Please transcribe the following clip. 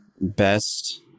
best